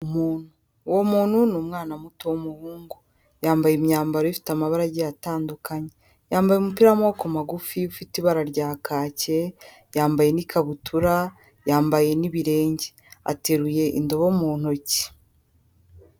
Umuntu uwo muntu ni umwana muto w'umuhungu, yambaye imyambaro ifite amabaragi atandukanye, yambaye umupira w'amaboko magufi ufite ibara rya kake, yambaye n'ikabutura yambaye n'ibirenge ateruye indobo mu ntoki.